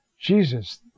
Jesus